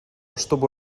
чтобы